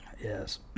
Yes